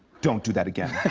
don't do that again.